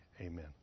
amen